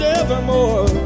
evermore